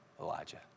Elijah